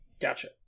Gotcha